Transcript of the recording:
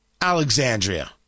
Alexandria